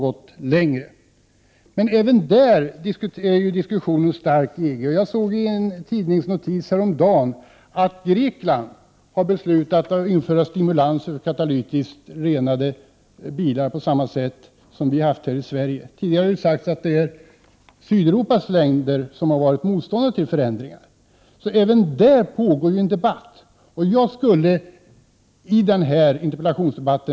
1988/89:118 gått längre. Men även där förs en livlig diskussion inom EG. Jag såg i en 22 maj 1989 tidningsnotis häromdagen att Grekland har beslutat att införa stimulans för 5 = Om anpassningen till katalytisk rening av bilar på samma sätt som vi har gjort här i Sverige. EGochsvenskamiljö Tidigare har det sagts att Sydeuropas länder varit motståndare till förändmål ringar, men även där pågår tydligen en debatt.